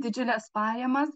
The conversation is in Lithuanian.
didžiules pajamas